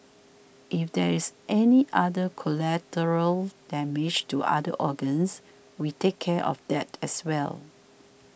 if there is any other collateral damage to other organs we take care of that as well